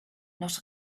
not